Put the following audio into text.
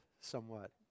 somewhat